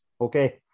Okay